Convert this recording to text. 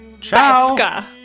Ciao